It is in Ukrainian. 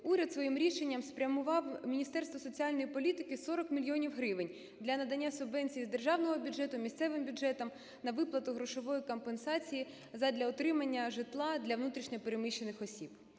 уряд своїм рішенням спрямував Міністерству соціальної політики 40 мільйонів гривень для надання субвенцій з державного бюджету місцевим бюджетам на виплату грошової компенсації задля отримання житла для внутрішньо переміщених осіб.